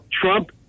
Trump